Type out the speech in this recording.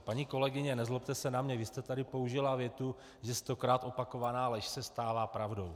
Paní kolegyně, nezlobte se na mě, vy jste tady použila větu, že stokrát opakovaná lež se stává pravdou.